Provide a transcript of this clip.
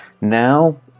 Now